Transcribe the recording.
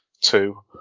two